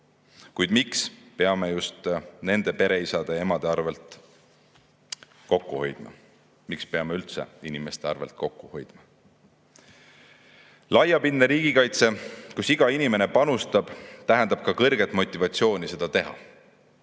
Kuid miks peame just nende pereisade ja ‑emade arvel kokku hoidma? Miks me üldse peame inimeste arvel kokku hoidma? Laiapindne riigikaitse, kus iga inimene panustab, tähendab ka kõrget motivatsiooni seda teha.